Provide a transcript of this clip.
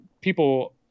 people